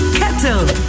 kettle